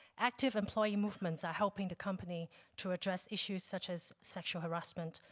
active employee movements are helping the company to address issues such as sexual harassment,